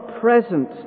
present